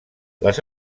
les